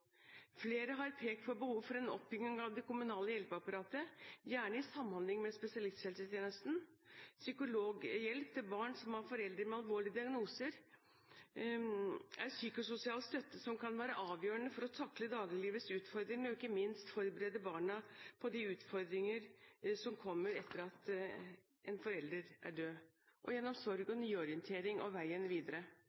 Flere har pekt på behov for en oppbygging av det kommunale hjelpeapparatet – gjerne i samhandling med spesialisthelsetjenesten. Psykologhjelp til barn som har foreldre med alvorlige diagnoser, er psykososial støtte som kan være avgjørende for å takle dagliglivets utfordringer, og ikke minst for å forberede barna på de utfordringer som kommer etter at en forelder er død, og gjennom sorg